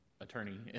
attorney